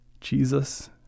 Jesus